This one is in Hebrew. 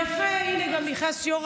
יפה, הינה גם נכנס יו"ר